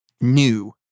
new